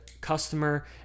customer